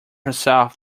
herself